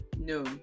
no